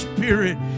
Spirit